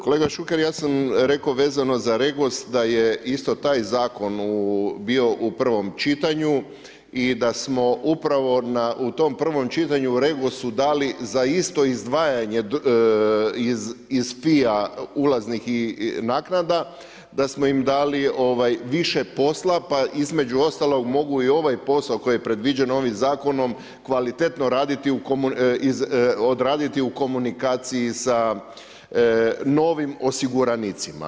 Kolega Šuker, ja sam rekao vezano za REGOS da je isto taj zakon bio u prvom čitanju i da smo upravo u tom prvom čitanju REGOS-u dali za isto izdvajanje iz … ulaznih naknada, da smo im dali više posla pa između ostalog mogu i ovaj posao koji je predviđen ovim zakonom kvalitetno odraditi u komunikaciji sa novim osiguranicima.